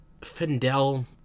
Fendel